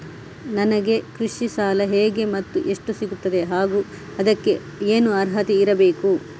ನನಗೆ ಕೃಷಿ ಸಾಲ ಹೇಗೆ ಮತ್ತು ಎಷ್ಟು ಸಿಗುತ್ತದೆ ಹಾಗೂ ಅದಕ್ಕೆ ಏನು ಅರ್ಹತೆ ಇರಬೇಕು?